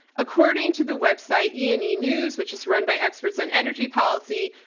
according to the website e and e news, which is run by experts on energy policy,